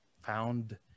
found